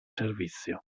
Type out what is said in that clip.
servizio